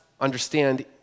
understand